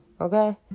Okay